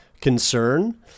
concern